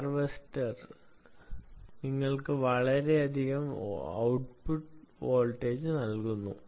ഹാർവെസ്റ്ററുകൾ നിങ്ങൾക്ക് വളരെയധികം voltage output നൽകുന്നു